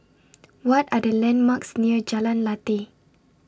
What Are The landmarks near Jalan Lateh